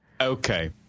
Okay